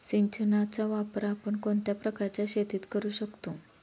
सिंचनाचा वापर आपण कोणत्या प्रकारच्या शेतीत करू शकतो?